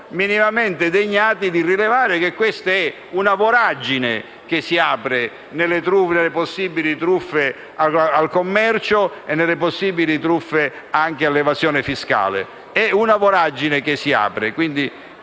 minimamente degnati di rilevare che questa è una voragine che si apre nelle possibili truffe al commercio e anche all'evasione fiscale. È una voragine che si apre.